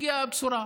הגיעה הבשורה.